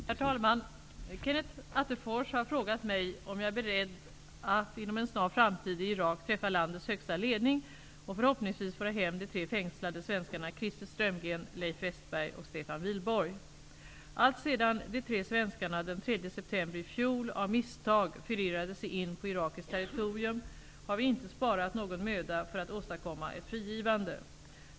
Herr talman! Kenneth Attefors har frågat mig om jag är beredd att inom en snar framtid i Irak träffa landets högsta ledning och förhoppningsvis föra hem de tre fängslade svenskarna Christer Alltsedan de tre svenskarna den 3 september i fjol av misstag förirrade sig in på irakiskt territorium har vi inte sparat någon möda för att åstadkomma ett frigivande.